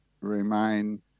remain